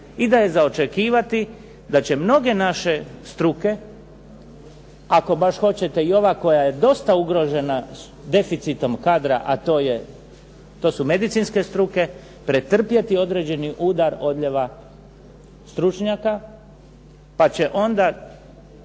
i da je za očekivati da će mnoge naše struke, ako baš hoćete i ova koja je dosta ugrožena deficitom kadra a to su medicinske struke, pretrpjeti određeni udar odljeva stručnjaka, pa će onda